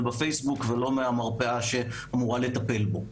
בפייסבוק ולא מהמרפאה שאמורה לטפל בו.